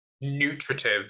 nutritive